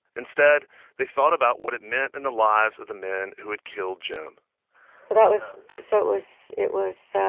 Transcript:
instead they thought about what it meant in the lives of the men who had killed jim so that was so it was it was so